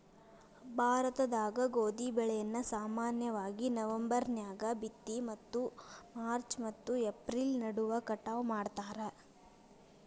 ಭಾರತದಾಗ ಗೋಧಿ ಬೆಳೆಯನ್ನ ಸಾಮಾನ್ಯವಾಗಿ ನವೆಂಬರ್ ನ್ಯಾಗ ಬಿತ್ತಿ ಮತ್ತು ಮಾರ್ಚ್ ಮತ್ತು ಏಪ್ರಿಲ್ ನಡುವ ಕಟಾವ ಮಾಡ್ತಾರ